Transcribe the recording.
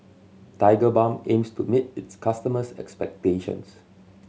Tigerbalm aims to meet its customers' expectations